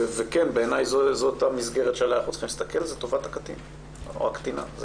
בעיניי זאת המסגרת שעליה אנחנו צריכים להסתכל טובת הקטין או הקטינה,